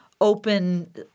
open